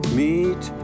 meet